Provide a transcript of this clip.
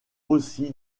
aussi